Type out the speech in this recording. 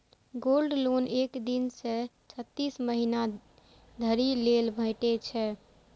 gold loan एक दिन सं छत्तीस महीना धरि लेल भेटै छै